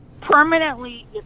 Permanently